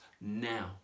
now